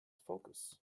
focus